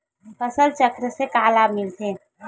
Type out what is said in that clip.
फसल चक्र से का लाभ मिलथे?